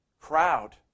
crowd